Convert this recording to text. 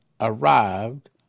arrived